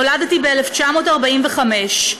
נולדתי ב-1945,